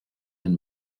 and